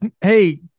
Hey